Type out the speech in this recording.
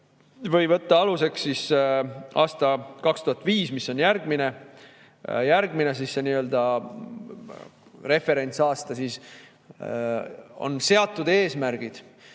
või võtta aluseks aasta 2005, mis on järgmine nii-öelda referentsaasta, siis on seatud eesmärgid,